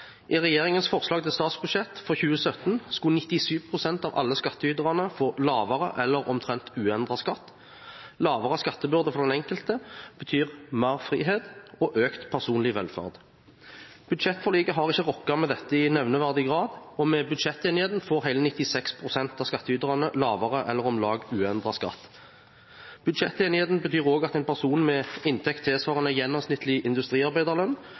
I regjeringens forslag til statsbudsjett for 2017 skulle 97 pst. av alle skattytere få lavere eller omtrent uendret skatt. Lavere skattebyrde for den enkelte betyr mer frihet og økt personlig velferd. Budsjettforliket har ikke rokket ved dette i nevneverdig grad, for med budsjettenigheten får hele 96 pst. av skattyterne lavere eller om lag uendret skatt. Budsjettenigheten betyr også at en person med inntekt tilsvarende en gjennomsnittlig industriarbeiderlønn